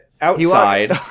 outside